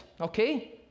okay